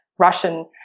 Russian